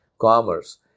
commerce